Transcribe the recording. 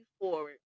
forward